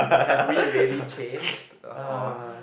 have we really changed or